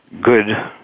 good